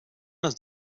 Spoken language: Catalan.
les